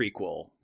prequel